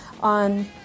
on